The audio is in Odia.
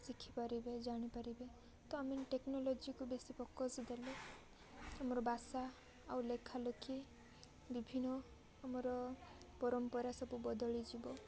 ଶିଖିପାରିବେ ଜାଣିପାରିବେ ତ ଆମେ ଟେକ୍ନୋଲୋଜିକୁ ବେଶୀ ଫୋକସ୍ ଦେଲେ ଆମର ଭାଷା ଆଉ ଲେଖାଲେଖି ବିଭିନ୍ନ ଆମର ପରମ୍ପରା ସବୁ ବଦଳିଯିବ